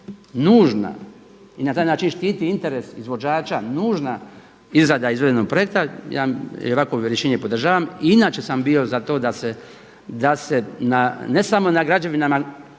i na taj način štiti interes izvođača nužna izrada izvedbenog projekta ja ovakvo rješenje podržavam. I inače sam bio za to da se ne samo na građevinama